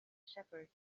shepherd